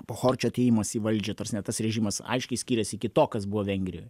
pochorčio atėjimas į valdžią ta prasme tas režimas aiškiai skiriasi iki to kas buvo vengrijoj